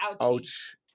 ouch